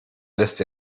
lässt